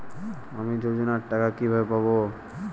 আমি যোজনার টাকা কিভাবে পাবো?